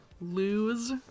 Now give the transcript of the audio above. LOSE